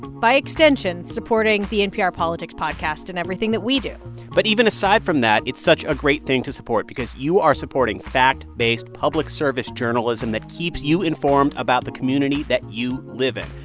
by extension, supporting the npr politics podcast and everything that we do but even aside from that, it's such a great thing to support because you are supporting fact-based public service journalism that keeps you informed about the community that you live in.